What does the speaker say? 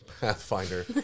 Pathfinder